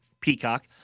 Peacock